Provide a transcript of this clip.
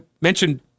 mentioned